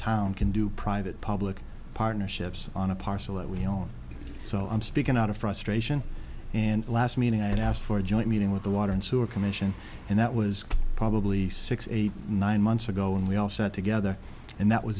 town can do private public partnerships on a parcel that we own so i'm speaking out of frustration and last meeting i had asked for a joint meeting with the water and sewer commission and that was probably six eight nine months ago and we all sat together and that was